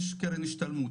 יש קרן השתלמות.